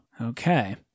Okay